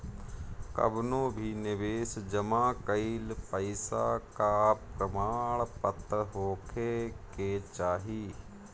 कवनो भी निवेश जमा कईल पईसा कअ प्रमाणपत्र होखे के चाही